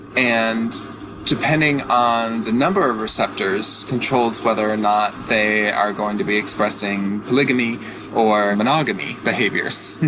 and depending on the number of receptors, controls whether or not they are going to be expressing polygamy or monogamy behaviors.